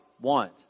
want